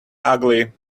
ugly